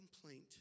complaint